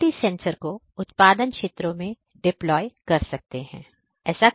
इसलिए IoT sensor को उत्पादन क्षेत्रों में डिप्लोय कर सकते हैं